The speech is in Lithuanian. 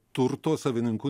turto savininku